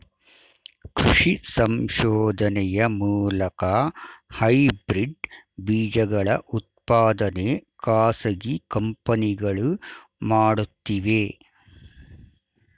ಕೃಷಿ ಸಂಶೋಧನೆಯ ಮೂಲಕ ಹೈಬ್ರಿಡ್ ಬೀಜಗಳ ಉತ್ಪಾದನೆ ಖಾಸಗಿ ಕಂಪನಿಗಳು ಮಾಡುತ್ತಿವೆ